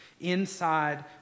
inside